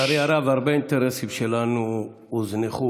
לצערי הרב הרבה אינטרסים שלנו הוזנחו